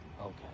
Okay